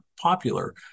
popular